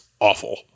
awful